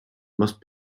must